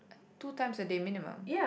two times a day minimum